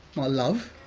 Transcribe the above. my love,